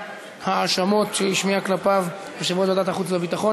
האשמות שהשמיע כלפיו יושב-ראש ועדת החוץ והביטחון.